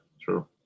true